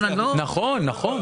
נכון.